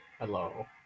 hello